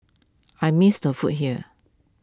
I miss the food here